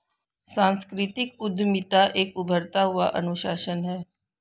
सांस्कृतिक उद्यमिता एक उभरता हुआ अनुशासन है